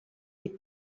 des